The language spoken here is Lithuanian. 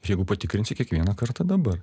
jeigu patikrinsi kiekvieną kartą dabar